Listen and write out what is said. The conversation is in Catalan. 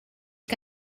que